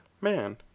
man